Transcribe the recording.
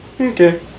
Okay